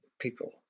people